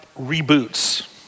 reboots